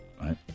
Right